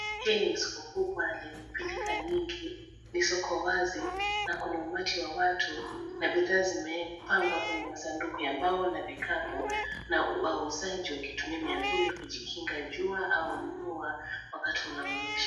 Hili ni soko kubwa na lenye pilika nyingi. Ni soko wazi na kuna umati wa watu, na bidhaa zimepangwa kwenye masanduku ya mbao na vikapu na wauzaji wakitumia miavuli kujikinga jua au mvua wakati unaonyesha.